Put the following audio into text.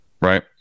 right